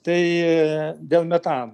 tai dėl metano